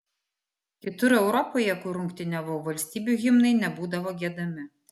kitur europoje kur rungtyniavau valstybių himnai nebūdavo giedami